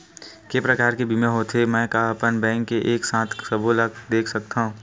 के प्रकार के बीमा होथे मै का अपन बैंक से एक साथ सबो ला देख सकथन?